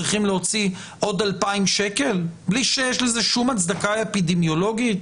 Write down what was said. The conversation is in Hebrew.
צריכים להוציא עוד 2,000 שקלים בלי שיש לזה שום הצדקה אפידמיולוגית?